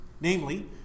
Namely